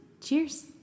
Cheers